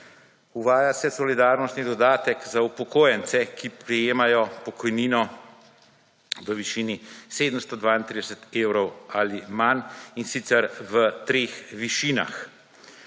Uvaja se solidarnostni dodatek za upokojence, ki prejemajo pokojnino v višini 732 evrov ali manj, in sicer v 3 višinah.